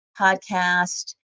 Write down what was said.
podcast